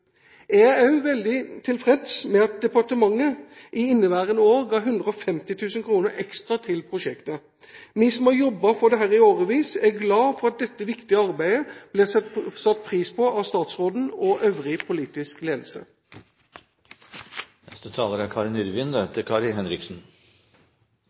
Jeg er òg veldig tilfreds med at departementet i inneværende år ga 150 000 kr ekstra til prosjektet. Vi som har jobbet for dette i årevis, er glade for at dette viktige arbeidet blir satt pris på av statsråden og øvrig politisk ledelse.